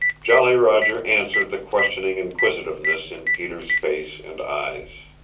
jolly roger answered the questioning inquisitiveness in peter's face and eyes.